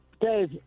Dave